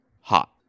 hot